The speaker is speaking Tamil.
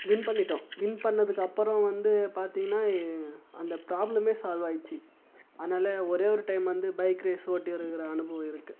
வின் பண்ணிவிட்டோம் வின் பண்ணதுக்கப்புறம் வந்து பார்த்தீங்கன்னா அந்த ப்ராப்ளமே சால்வ் ஆயிடுச்சு அதனால் ஒரே ஒரு டைம் வந்து பைக் ரேஸ் ஓட்டி இருக்கிற அனுபவம் இருக்கு